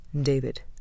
David